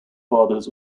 fathers